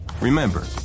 Remember